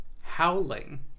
howling